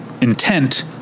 intent